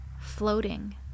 floating